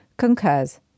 concurs